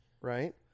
right